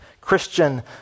Christian